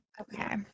Okay